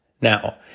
Now